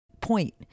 point